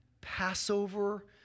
Passover